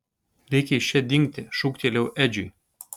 reikia iš čia dingti šūktelėjau edžiui